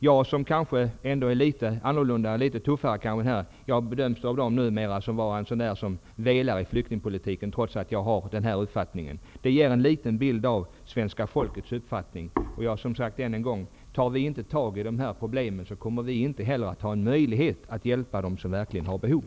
Jag, som kanske ändå är litet annorlunda och tuffare i detta sammanhang, bedöms av dem nu vara en person som velar i flyktingpolitiken, trots att jag har denna uppfattning. Detta ger en liten bild av svenska folkets uppfattning. Än en gång vill jag säga: Om vi inte tar tag i dessa problem kommer vi inte heller att ha någon möjlighet att hjälpa dem som verkligen har behov.